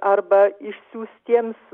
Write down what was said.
arba išsiųstiems